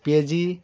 পেয়াজি